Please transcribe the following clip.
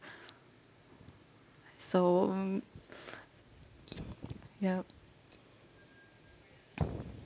so yup